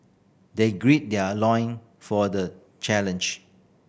they gird their loin for the challenge